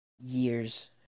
years